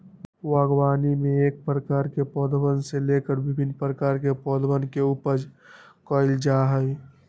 बागवानी में एक प्रकार के पौधवन से लेकर भिन्न प्रकार के पौधवन के उपज कइल जा हई